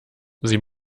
sie